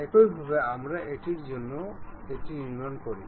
একইভাবে আমরা এটির জন্যও নির্মাণ করি